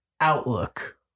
outlook